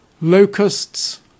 locusts